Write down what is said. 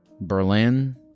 Berlin